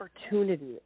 opportunity